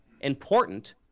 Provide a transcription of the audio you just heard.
important